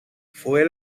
fue